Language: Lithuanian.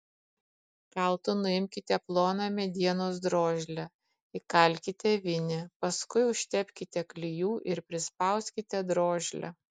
kaltu nuimkite ploną medienos drožlę įkalkite vinį paskui užtepkite klijų ir prispauskite drožlę